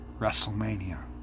WrestleMania